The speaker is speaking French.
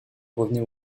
revenait